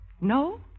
No